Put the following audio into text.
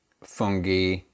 fungi